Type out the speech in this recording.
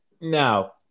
Now